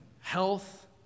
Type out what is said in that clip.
health